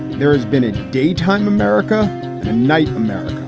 there has been a day time, america and night america.